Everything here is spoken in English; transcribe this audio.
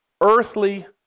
earthly